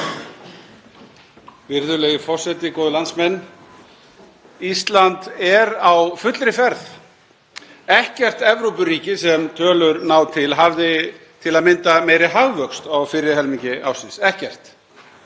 Virðulegi forseti. Góðir landsmenn. Ísland er á fullri ferð. Ekkert Evrópuríki sem tölur ná til hafði til að mynda meiri hagvöxt á fyrri helmingi ársins, ekkert.